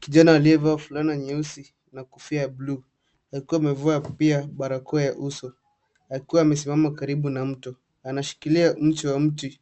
Kijana aliyevaa fulana nyeusi na kofia ya buluu, akiwa amevaa pia barakoa ya uso. Akiwa amesimama karibu na mto. Anashikilia mche wa mti